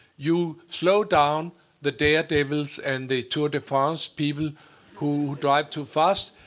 you slow down the daredevils and the tour de france people who drive too fast.